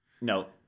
No